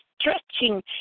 stretching